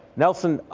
nelson,